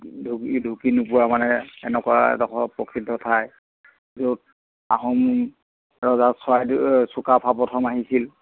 ঢুক ঢুকি নোপোৱা মানে এনেকুৱা এডোখৰ প্ৰসিদ্ধ ঠাই য'ত আহোম ৰজা চৰাইদেউ চুকাফা প্ৰথম আহিছিল